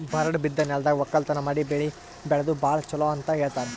ಬರಡ್ ಬಿದ್ದ ನೆಲ್ದಾಗ ವಕ್ಕಲತನ್ ಮಾಡಿ ಬೆಳಿ ಬೆಳ್ಯಾದು ಭಾಳ್ ಚೊಲೋ ಅಂತ ಹೇಳ್ತಾರ್